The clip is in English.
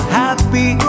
happy